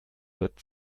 wird